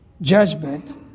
judgment